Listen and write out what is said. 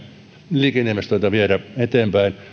liikenneinvestointeja viedä eteenpäin